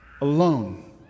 alone